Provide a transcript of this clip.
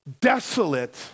desolate